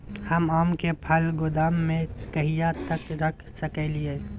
हम आम के फल गोदाम में कहिया तक रख सकलियै?